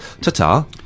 ta-ta